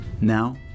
Now